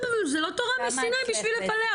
זה לא תורה מסיני בשביל לפלח,